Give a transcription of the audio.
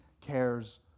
cares